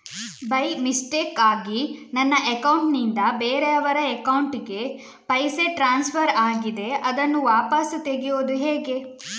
By ಮಿಸ್ಟೇಕಾಗಿ ನನ್ನ account ನಿಂದ ಬೇರೆಯವರ ಅಕೌಂಟ್ ಗೆ ಪೈಸೆ ಟ್ರಾನ್ಸ್ಫರ್ ಆಗಿದೆ ಅದನ್ನು ವಾಪಸ್ ತೆಗೆಯೂದು ಹೇಗೆ?